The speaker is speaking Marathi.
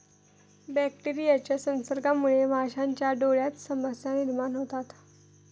बॅक्टेरियाच्या संसर्गामुळे माशांच्या डोळ्यांत समस्या निर्माण होतात